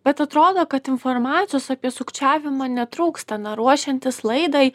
bet atrodo kad informacijos apie sukčiavimą netrūksta na ruošiantis laidai